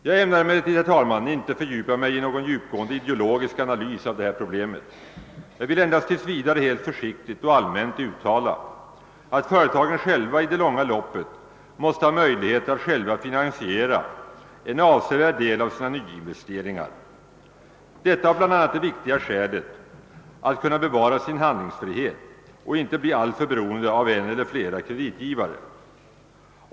Jag: ämnar: :emellertid inte fördjupa mig i någon djupgående ideologisk analys av detta: problem utan vill endast tills vidare helt försiktigt och allmänt uttala att företagen själva i det långa loppet måste ha möjligheter att finansiera en avsevärd del av sina nyinvesteringar, detta bl.a. av det viktiga skälet att kunna bevara sin handlingsfrihet och inte bli alltför beroende av en eller flera kreditgivare.